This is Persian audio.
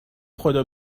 خدا